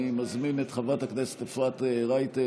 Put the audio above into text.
אני מזמין את חברת הכנסת אפרת רייטן,